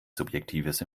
subjektives